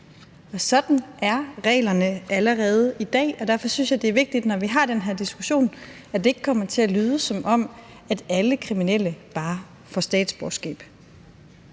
Sådan er reglerne allerede i dag, og derfor synes jeg, at det er vigtigt, at det, når vi har den her diskussion, ikke kommer til at lyde, som om alle kriminelle bare får statsborgerskab.